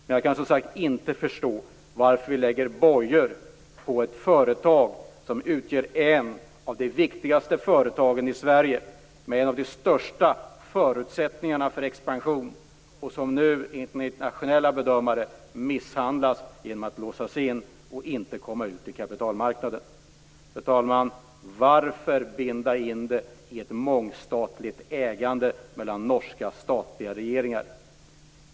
Men jag kan som sagt inte förstå varför vi lägger bojor på ett företag som utgör ett av de viktigaste företagen i Sverige med en av de största förutsättningarna för expansion. Det företaget misshandlas nu enligt internationella bedömare genom att det låses in och inte kommer ut på kapitalmarknaden. Fru talman! Varför binda in det i ett mångstatligt ägande med norska statliga regeringar?